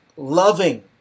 loving